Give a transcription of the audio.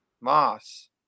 Moss